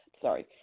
sorry